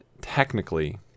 technically